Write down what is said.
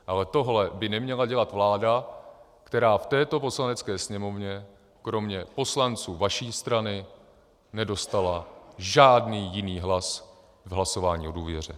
Ale tohle by neměla dělat vláda, která v této Poslanecké sněmovně kromě poslanců vaší strany nedostala žádný jiný hlas v hlasování o důvěře.